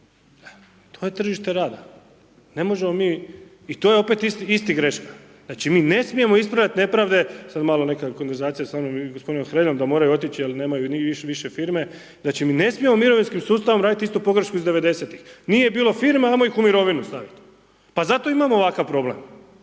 To je tržište rada. Ne možemo mi, i to je opet ista greška, znači mi ne smijemo ispravljati nepravde, sad malo neka konverzacija sa mnom i g. Hrelja da moraju otići ali nemaju više firme, znači mi ne smijemo mirovinskim sustavom raditi istu pogrešku iz 90-tih, nije bilo firme, jamo ih u mirovinu staviti. Pa zato imamo ovakav problem.